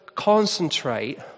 Concentrate